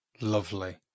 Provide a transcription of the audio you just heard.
Lovely